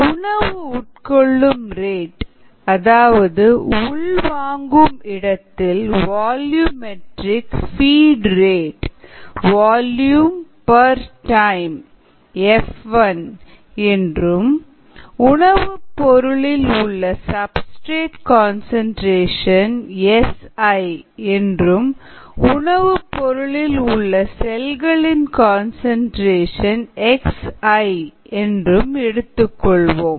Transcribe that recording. உணவு உட்கொள்ளும் ரேட் அதாவது உள்வாங்கும் இடத்தில் volumetric feed rate volume per time F1 என்றும் உணவுப்பொருளில் உள்ள சப்ஸ்டிரேட் கன்சன்ட்ரேஷன் எஸ் ஐ என்றும் உணவுப்பொருளில் உள்ள செல்களின் கன்சன்ட்ரேஷன் எக்ஸ் ஐ என்றும் எடுத்துக்கொள்வோம்